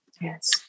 Yes